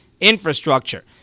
infrastructure